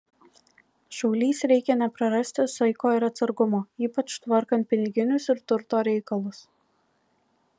šaulys reikia neprarasti saiko ir atsargumo ypač tvarkant piniginius ir turto reikalus